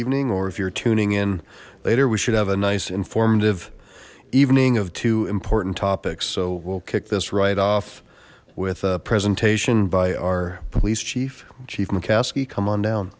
evening or if you're tuning in later we should have a nice informative evening of two important topics so we'll kick this right off with a presentation by our police chief chief mccaskey come on down